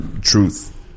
truth